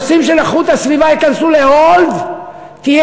הנושאים של איכות הסביבה ייכנסו ל-hold תהיה